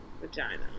vagina